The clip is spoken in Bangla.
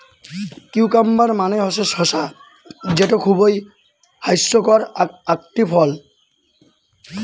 কিউকাম্বার মানে হসে শসা যেটো খুবই ছাইস্থকর আকটি ফল